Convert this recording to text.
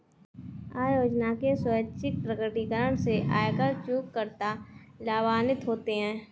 आय योजना के स्वैच्छिक प्रकटीकरण से आयकर चूककर्ता लाभान्वित होते हैं